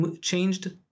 changed